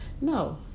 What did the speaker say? No